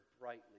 brightly